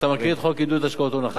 אתה מכיר את חוק עידוד השקעות הון החדש?